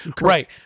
Right